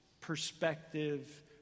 perspective